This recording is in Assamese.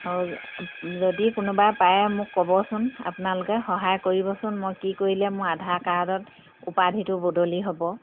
আৰু যদি কোনোবাই পাৰে মোক ক'বচোন আপোনালোকে সহায় কৰিবচোন মই কি কৰিলে মোৰ আধাৰ কাৰ্ডত উপাধিটো বদলি হ'ব